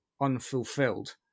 unfulfilled